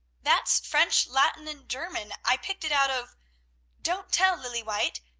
that's french, latin, and german. i picked it out of don't tell, lilly white,